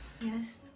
Yes